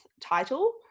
title